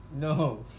No